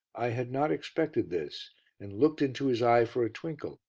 i had not expected this and looked into his eye for a twinkle,